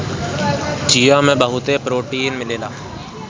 चिया में बहुते प्रोटीन मिलेला